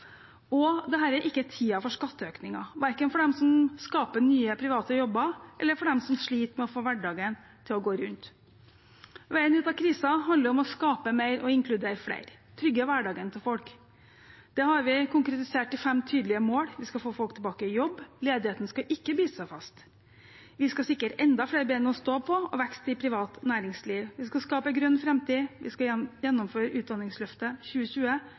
Og dette er ikke tiden for skatteøkninger, verken for dem som skaper nye private jobber, eller for dem som sliter med å få hverdagen til å gå rundt. Veien ut av krisen handler om å skape mer og inkludere flere og å trygge hverdagen til folk. Det har vi konkretisert i fem tydelige mål: Vi skal få folk tilbake i jobb, ledigheten skal ikke bite seg fast. Vi skal sikre enda flere ben å stå på og vekst i privat næringsliv. Vi skal skape en grønn framtid. Vi skal gjennomføre Utdanningsløftet 2020.